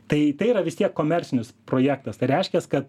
tai tai yra vis tiek komercinis projektas tai reiškias kad